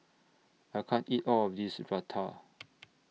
I can't eat All of This Raita